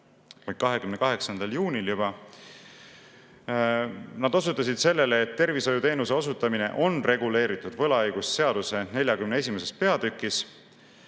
28. juunil. Nad osutasid sellele, et tervishoiuteenuse osutamine on reguleeritud võlaõigusseaduse 41. peatükis.